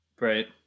Right